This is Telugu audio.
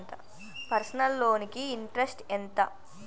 పర్సనల్ లోన్ కి ఇంట్రెస్ట్ ఎంత?